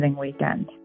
weekend